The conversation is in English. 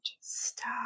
Stop